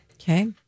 Okay